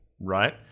Right